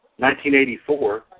1984